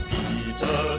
Peter